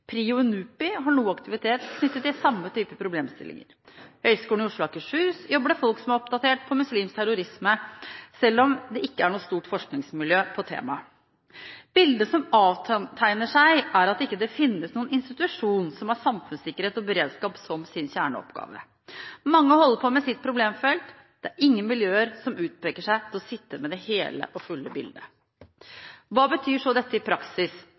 PRIO og NUPI har noe aktivitet knyttet til den samme type problemstillinger. På Høgskolen i Oslo og Akershus jobber det folk som er oppdatert på muslimsk terrorisme, men de har ikke et stort forskningsmiljø på temaet. Bildet som avtegner seg, er at det ikke finnes noen institusjon som har samfunnssikkerhet og beredskap som sin kjerneoppgave. Mange holder på med sitt problemfelt. Det er ingen miljøer som utpeker seg til å sitte med det hele og fulle bildet. Hva betyr så dette i praksis?